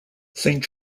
saint